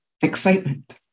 Excitement